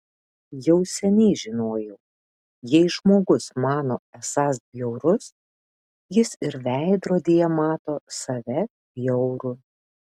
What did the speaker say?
jau seniai žinojau jei žmogus mano esąs bjaurus jis ir veidrodyje mato save bjaurų